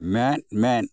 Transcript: ᱢᱮᱫ ᱢᱮᱫ